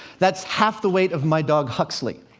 that's half the weight of my dog, huxley.